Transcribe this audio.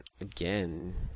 again